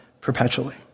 perpetually